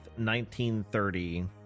1930